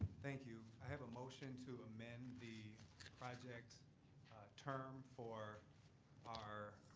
thank you, i have a motion to amend the project term for our,